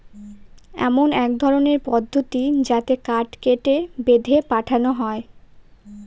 এমন এক ধরনের পদ্ধতি যাতে কাঠ কেটে, বেঁধে পাঠানো হয়